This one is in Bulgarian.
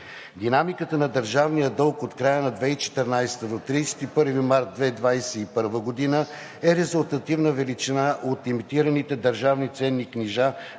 Динамиката на държавния дълг от края на 2014 г. до 31 март 2021 г. е резултативна величина от емитираните държавни ценни книжа